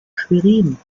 schwerin